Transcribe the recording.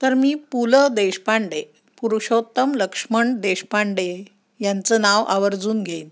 तर मी पु ल देशपांडे पुरुषोत्तम लक्ष्मण देशपांडे यांचं नाव आवर्जून घेईन